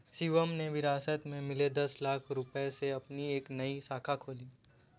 शिवम ने विरासत में मिले दस लाख रूपए से अपनी एक नई शाखा खोली